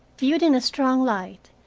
viewed in a strong light,